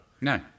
No